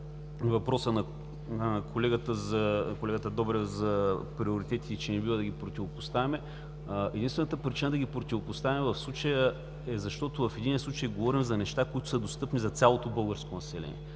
въпроса на колегата Добрев за приоритетите и че не бива да ги противопоставяме, единствената причина да ги противопоставяме в случая е, защото в единия случай говорим за неща, достъпни за цялото българско население,